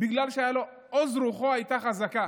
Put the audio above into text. זה בגלל עוז רוחו החזק.